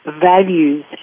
values